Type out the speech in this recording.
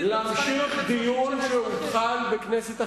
אתה מחליט להמשיך דיון שהותחל בכנסת אחרת.